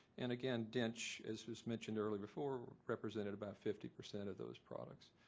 and again dinch, as was mentioned earlier before, represented about fifty percent of those products,